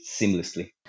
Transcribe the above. seamlessly